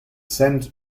saint